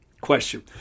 question